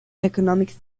economic